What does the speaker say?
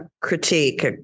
critique